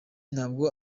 ntabwo